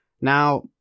Now